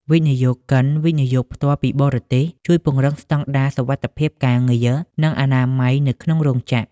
វិនិយោគិន វិនិយោគផ្ទាល់ពីបរទេស ជួយពង្រឹងស្ដង់ដារសុវត្ថិភាពការងារ និងអនាម័យនៅក្នុងរោងចក្រ។